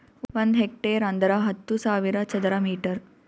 ಒಂದ್ ಹೆಕ್ಟೇರ್ ಅಂದರ ಹತ್ತು ಸಾವಿರ ಚದರ ಮೀಟರ್